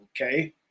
okay